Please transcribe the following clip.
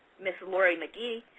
ms. lori mcgee,